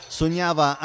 sognava